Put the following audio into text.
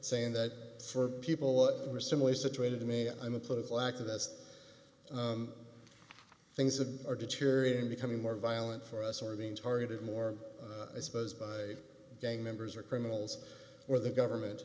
saying that for people who are similarly situated to me i'm a political activist things a are deteriorating becoming more violent for us are being targeted more i suppose by gang members or criminals or the government